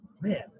Man